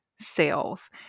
sales